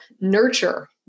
nurture